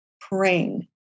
praying